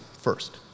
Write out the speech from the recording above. first